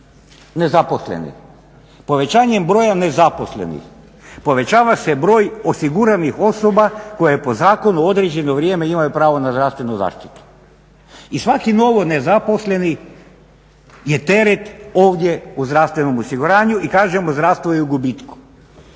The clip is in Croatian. Nezaposleni, povećanjem broja nezaposlenih povećava se broj osiguranih osoba koje po zakonu određeno vrijeme imaju pravo na zdravstvenu zaštitu. I svaki novo nezaposleni je teret ovdje u zdravstvenom osiguranju i kažemo zdravstvo je u gubitku.